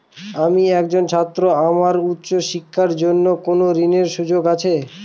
আমি একজন ছাত্র আমার উচ্চ শিক্ষার জন্য কোন ঋণের সুযোগ আছে?